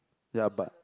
ya but